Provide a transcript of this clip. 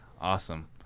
Awesome